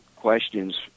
questions